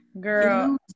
girl